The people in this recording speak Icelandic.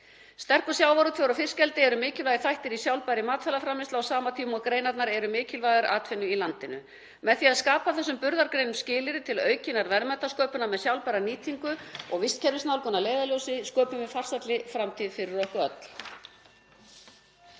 Sterkur sjávarútvegur og fiskeldi eru mikilvægir þættir í sjálfbærri matvælaframleiðsla á sama tíma og greinarnar eru mikilvægar atvinnu í landinu. Með því að skapa þessum burðargreinum skilyrði til aukinnar verðmætasköpunar með sjálfbæra nýtingu og vistkerfisnálgun að leiðarljósi sköpum við farsælli framtíð fyrir okkur.